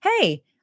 Hey